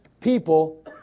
people